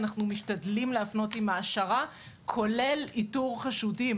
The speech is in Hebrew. אנחנו משתדלים להפנות עם העשרה כולל איתור חשודים.